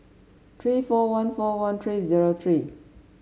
three four one four one three zero three